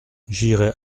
j’irai